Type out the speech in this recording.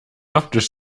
optisch